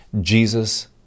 Jesus